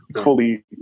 fully